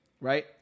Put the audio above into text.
right